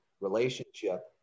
relationship